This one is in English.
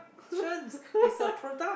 ~ions it's a product